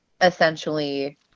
essentially